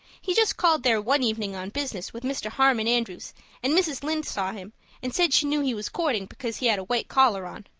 he just called there one evening on business with mr. harmon andrews and mrs. lynde saw him and said she knew he was courting because he had a white collar on.